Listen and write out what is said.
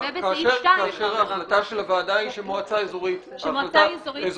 כאשר ההחלטה של הוועדה היא שמועצה אזורית נכללת,